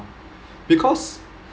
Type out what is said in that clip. because